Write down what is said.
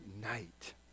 night